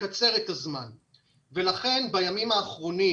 לכן בימים האחרונים